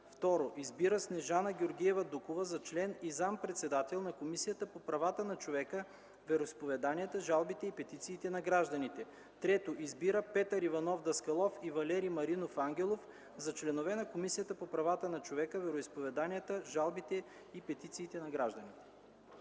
2. Избира Снежана Георгиева Дукова за член и заместник-председател на Комисията по правата на човека, вероизповеданията, жалбите и петициите на гражданите. 3. Избира Петър Иванов Даскалов и Валери Маринов Ангелов за членове на Комисията по правата на човека, вероизповеданията, жалбите и петициите на гражданите.”